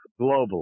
globally